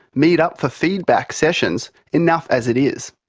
meet up for feedback sessions enough as it is.